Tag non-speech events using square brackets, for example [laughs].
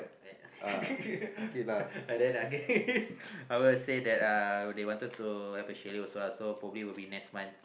[laughs] but then okay I will say that uh they wanted to have a chalet also lah so probably will be next month